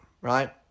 right